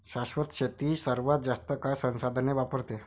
शाश्वत शेती सर्वात जास्त काळ संसाधने वापरते